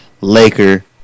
Laker